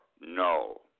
no